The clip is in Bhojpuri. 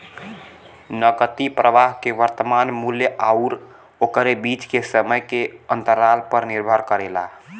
नकदी प्रवाह के वर्तमान मूल्य आउर ओकरे बीच के समय के अंतराल पर निर्भर करेला